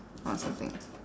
or something